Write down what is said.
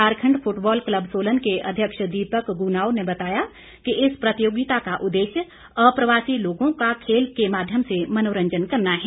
Jharkhand football club Solan के अध्यक्ष दीपक गुनाव ने बताया कि इस प्रतियोगिता का उद्देश्य अप्रवासी लोगों का खेल के माध्यम से मनोरंजन करना है